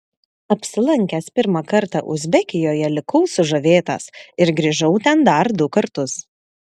apsilankęs pirmą kartą uzbekijoje likau sužavėtas ir grįžau ten dar du kartus